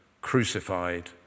crucified